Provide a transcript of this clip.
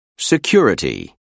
Security